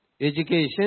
education